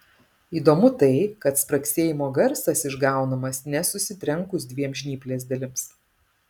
įdomu tai kad spragsėjimo garsas išgaunamas ne susitrenkus dviem žnyplės dalims